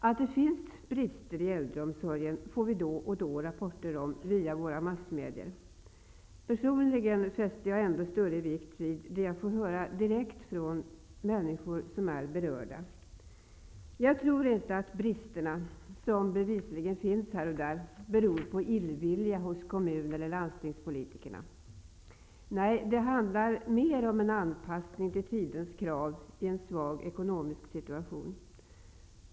Att det finns brister i äldreomsorgen får vi då och då rapporter om via våra massmedier. Personligen fäster jag ändå större vikt vid det som jag får höra direkt från människor som är berörda. Jag tror inte att bristerna, som bevisligen finns här och där, beror på illvilja hos kommun eller landstingspolitikerna. Nej, det handlar mer om en anpassning till tidens krav i en svag ekonomisk situation.